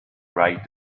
right